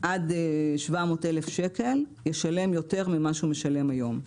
עד 700,000 שקל ישלם יותר ממה שהוא משלם היום.